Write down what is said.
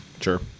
sure